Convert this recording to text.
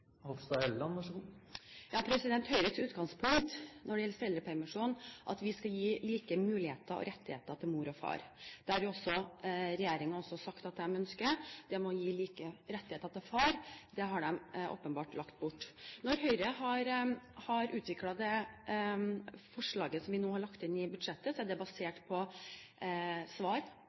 uker av foreldrepermisjonen. Så jeg lurer på hva det egentlig er Høyre ønsker å foreslå, når dette allerede ble vedtatt fra 1. juli 2009. Høyres utgangspunkt når det gjelder foreldrepermisjon, er at vi skal gi like muligheter og rettigheter til mor og far. Det har også regjeringen sagt at den ønsker. Det med å gi like rettigheter til far har man åpenbart lagt bort. Når Høyre har lagt inn dette forslaget i budsjettet, er det basert på